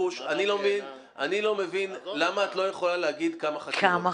לא מבין למה את לא יכולה להגיד כמה חקירות.